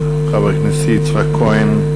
חבר הכנסת יצחק כהן,